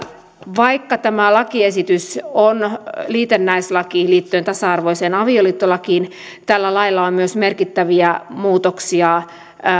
vaikka tämä lakiesitys on liitännäislaki liittyen tasa arvoiseen avioliittolakiin tällä lailla on myös merkittäviä muutoksia